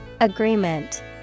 Agreement